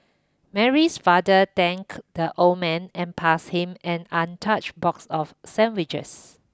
Mary's father thanked the old man and passed him an untouched box of sandwiches